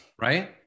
Right